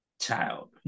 child